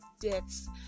deaths